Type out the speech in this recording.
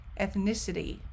ethnicity